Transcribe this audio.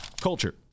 Culture